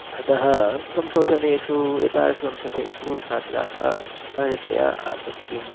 अतः संशोधनेषु एतादृशसंशोधनेषु छात्राः सहजतया आसक्तिं